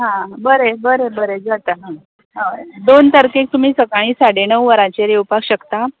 हां बरें बरें बरें जाता हय दोन तारकेर तुमी सकाळीं साडे णव वरांचेर येवपाक शकता